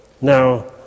now